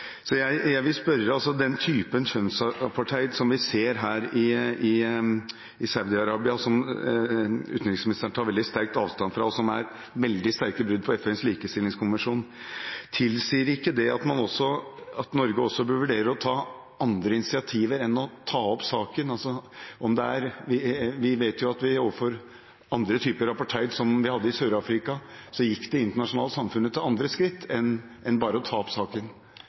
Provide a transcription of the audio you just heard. Så jeg vil spørre: Den typen kjønnsapartheid som vi ser i Saudi-Arabia, som utenriksministeren tar veldig sterkt avstand fra, og som er et veldig sterkt brudd på FNs kvinnekonvensjon, tilsier ikke det at Norge også bør vurdere andre initiativer enn å ta opp saken? Vi vet at overfor andre typer apartheid, som den de hadde i Sør-Afrika, gikk det internasjonale samfunnet til andre skritt enn bare å ta opp saken.